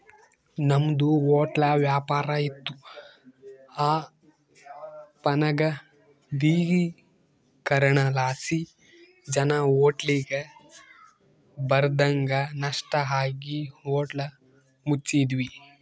ನಮ್ದು ಹೊಟ್ಲ ವ್ಯಾಪಾರ ಇತ್ತು ಅಪನಗದೀಕರಣಲಾಸಿ ಜನ ಹೋಟ್ಲಿಗ್ ಬರದಂಗ ನಷ್ಟ ಆಗಿ ಹೋಟ್ಲ ಮುಚ್ಚಿದ್ವಿ